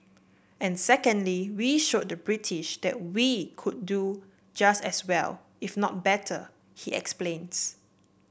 and secondly we showed the British that we could do just as well if not better he explains